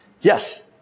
Yes